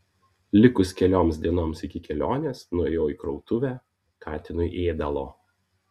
likus kelioms dienoms iki kelionės nuėjau į krautuvę katinui ėdalo